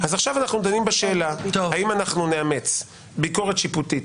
עכשיו אנחנו דנים בשאלה האם אנחנו נאמץ ביקורת שיפוטית,